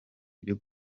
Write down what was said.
byo